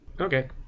Okay